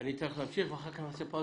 אני אתן לך להמשיך ואחר כך נעשה פאוזה